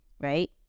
right